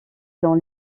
dans